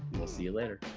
we'll see you later.